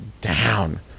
down